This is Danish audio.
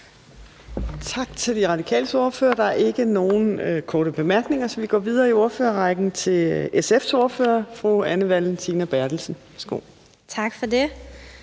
Tak til De Radikales ordfører. Der er ikke nogen korte bemærkninger, så vi går videre i ordførerrækken til SF's ordfører fru Anne Valentina Berthelsen. Værsgo. Kl.